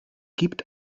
gibt